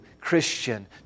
Christian